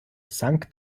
sank